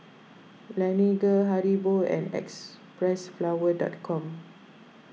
Laneige Haribo and Xpressflower dot com